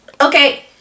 Okay